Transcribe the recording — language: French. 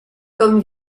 comme